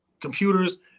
Computers